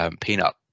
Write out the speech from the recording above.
peanut